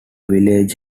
village